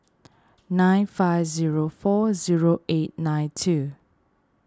nine five zero four zero eight nine two